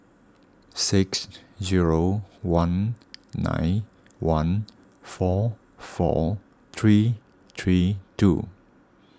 six zero one nine one four four three three two